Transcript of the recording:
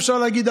אפשר להגיד,